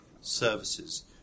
services